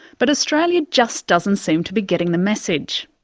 but australia just doesn't seem to be getting the message.